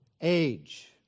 age